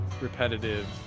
repetitive